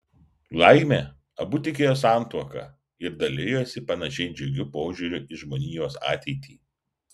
laimė abu tikėjo santuoka ir dalijosi panašiai džiugiu požiūriu į žmonijos ateitį